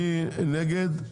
מי נגד?